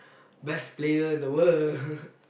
best player in the world